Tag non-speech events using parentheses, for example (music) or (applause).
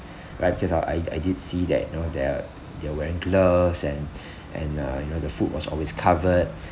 right because uh I I did see that you know they're they're wearing gloves and (breath) and uh you know the food was always covered